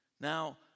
Now